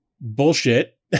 bullshit